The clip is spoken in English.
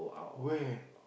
where